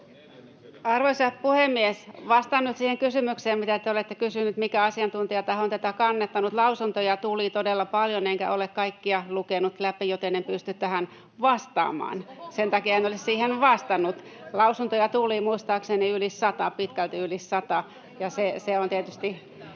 Arvoisa puhemies! Vastaan nyt siihen kysymykseen, mitä te olette kysynyt, mikä asiantuntijataho on tätä kannattanut. Lausuntoja tuli todella paljon, enkä ole kaikkia lukenut läpi, joten en pysty tähän vastaamaan sen takia. [Vasemmalta: Oho!] Sen takia en ole siihen vastannut. Lausuntoja tuli muistaakseni yli sata, pitkälti yli sata, ja se on tietysti